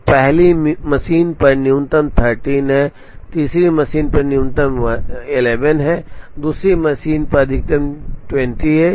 अब पहली मशीन पर न्यूनतम 13 है तीसरी मशीन पर न्यूनतम 11 है दूसरी मशीन पर अधिकतम 20 है